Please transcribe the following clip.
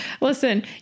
Listen